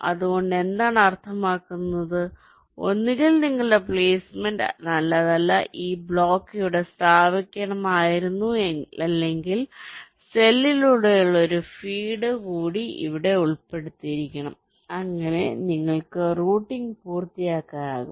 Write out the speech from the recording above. അതുകൊണ്ട് എന്താണ് അർത്ഥമാക്കുന്നത് അതായത് ഒന്നുകിൽ നിങ്ങളുടെ പ്ലെയ്സ്മെന്റ് നല്ലതല്ല ഈ ബ്ലോക്ക് ഇവിടെ സ്ഥാപിക്കണമായിരുന്നു അല്ലെങ്കിൽ സെല്ലിലൂടെയുള്ള ഒരു ഫീഡ് കൂടി ഇവിടെ ഉൾപ്പെടുത്തിയിരിക്കണം അങ്ങനെ നിങ്ങൾക്ക് റൂട്ടിംഗ് പൂർത്തിയാക്കാനാകും